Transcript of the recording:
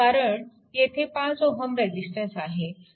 कारण येथे 5 Ω रेजिस्टन्स आहे